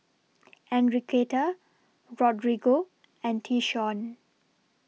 Enriqueta Rodrigo and Tyshawn